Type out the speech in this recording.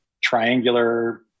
triangular